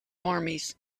armies